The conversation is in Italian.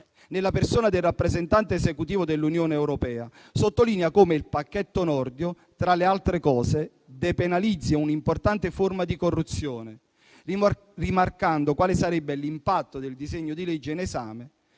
nella persona del rappresentante esecutivo dell'Unione europea, sottolinea come il pacchetto Nordio, tra le altre cose, depenalizzi un'importante forma di corruzione, rimarcando quale sarebbe l'impatto del disegno di legge in esame